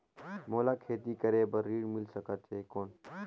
मोला खेती करे बार ऋण मिल सकथे कौन?